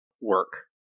work